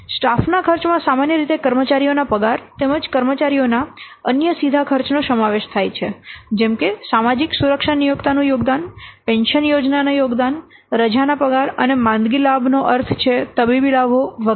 સ્ટાફના ખર્ચમાં સામાન્ય રીતે કર્મચારીઓના પગાર તેમજ કર્મચારીઓના અન્ય સીધા ખર્ચનો સમાવેશ થાય છે જેમ કે સામાજિક સુરક્ષા નિયોક્તાનું યોગદાન પેન્શન યોજનાના યોગદાન રજાના પગાર અને માંદગી લાભનો અર્થ છે તબીબી લાભો વગેરે